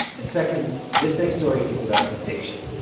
and second, this next story it's about addiction,